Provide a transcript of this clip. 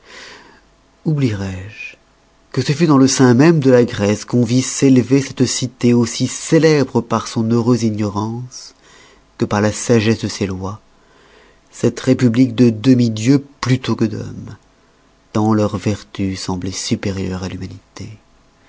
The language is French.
oublierois je que ce fut dans le sein même de la grèce qu'on vit s'élever cette cité aussi célèbre par son heureuse ignorance que par la sagesse de ses loix cette république de demi-dieux plutôt que d'hommes tant leurs vertus sembloient supérieures à l'humanité